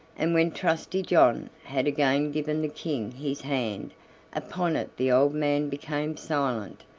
and when trusty john had again given the king his hand upon it the old man became silent,